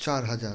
চার হাজার